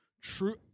True